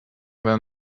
than